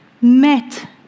met